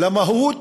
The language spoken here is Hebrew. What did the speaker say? למהות,